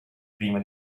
prima